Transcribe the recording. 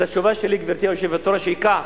אז התשובה שלי, גברתי היושבת-ראש, היא כך: